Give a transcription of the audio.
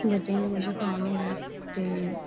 बच्चें बी कुछ खाना होंदा ऐ ते